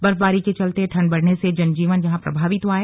बर्फबारी के चलते ठंड बढ़ने से जनजीवन प्रभावित हुआ है